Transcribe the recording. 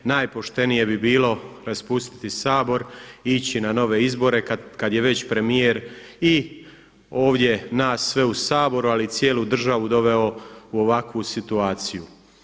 Najpoštenije bi bilo raspustiti Sabor i ići na nove izbore kad je već premijer i ovdje nas sve u Saboru, ali i cijelu državu doveo u ovakvu situaciju.